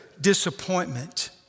disappointment